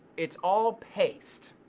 it's all paced,